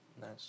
Nice